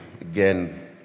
again